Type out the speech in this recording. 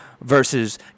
versus